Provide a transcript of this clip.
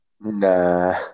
Nah